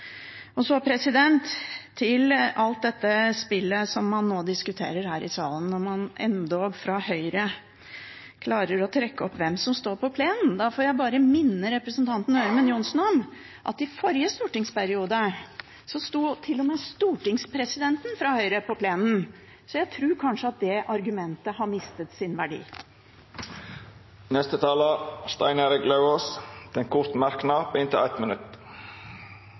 Så til alt dette spillet som man nå diskuterer her i salen, og man endog fra Høyre klarer å trekke opp hvem som står på plenen. Da får jeg bare minne representanten Ørmen Johnsen om at i forrige stortingsperiode sto til og med stortingspresidenten fra Høyre på plenen, så jeg tror kanskje at det argumentet har mistet sin verdi. Representanten Stein Erik Lauvås har hatt ordet to gonger tidlegare og får ordet til ein kort merknad, avgrensa til 1 minutt.